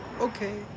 Okay